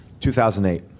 2008